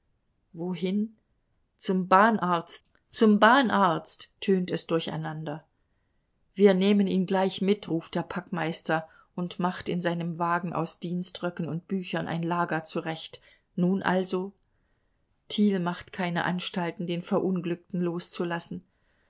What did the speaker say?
wohin zum bahnarzt zum bahnarzt tönt es durcheinander wir nehmen ihn gleich mit ruft der packmeister und macht in seinem wagen aus dienströcken und büchern ein lager zurecht nun also thiel macht keine anstalten den verunglückten loszulassen